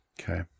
Okay